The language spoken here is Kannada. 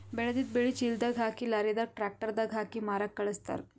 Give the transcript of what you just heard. ಬೆಳೆದಿದ್ದ್ ಬೆಳಿ ಚೀಲದಾಗ್ ಹಾಕಿ ಲಾರಿದಾಗ್ ಟ್ರ್ಯಾಕ್ಟರ್ ದಾಗ್ ಹಾಕಿ ಮಾರಕ್ಕ್ ಖಳಸ್ತಾರ್